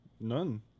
None